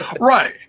right